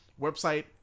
website